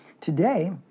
today